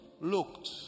looked